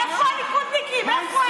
איפה הליכודניקים, איפה הם?